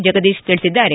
ಜಗದೀಶ್ ತಿಳಿಸಿದ್ದಾರೆ